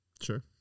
Sure